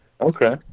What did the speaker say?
Okay